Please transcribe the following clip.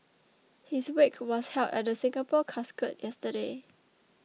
his wake was held at the Singapore Casket yesterday